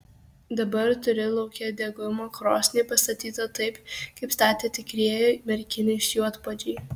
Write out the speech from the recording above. dabar turi lauke degimo krosnį pastatytą taip kaip statė tikrieji merkinės juodpuodžiai